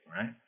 right